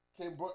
came